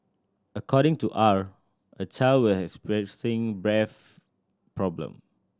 according to R a child was experiencing breath problem